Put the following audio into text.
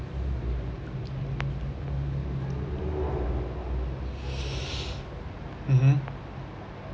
mmhmm